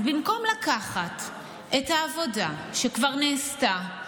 אז במקום לקחת את העבודה שכבר נעשתה,